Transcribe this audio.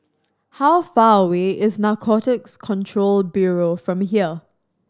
how far away is Narcotics Control Bureau from here